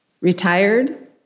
Retired